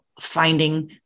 finding